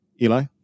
Eli